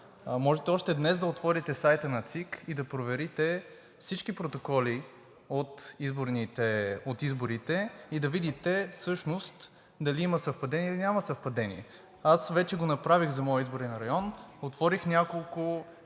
можете още днес да отворите сайта на ЦИК и да проверите всички протоколи от изборите, за да видите всъщност дали има съвпадение, или няма съвпадение. Аз вече го направих за моя изборен район – отворих няколко